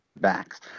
backs